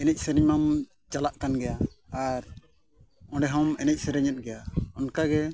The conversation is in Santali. ᱮᱱᱮᱡ ᱥᱮᱨᱮᱧᱢᱟᱢ ᱪᱟᱞᱟᱜ ᱠᱟᱱ ᱜᱮᱭᱟ ᱟᱨ ᱚᱸᱰᱮ ᱦᱚᱢ ᱮᱱᱮᱡ ᱥᱮᱨᱮᱧ ᱮᱫ ᱜᱮᱭᱟ ᱚᱱᱠᱟᱜᱮ